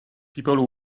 people